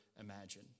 imagine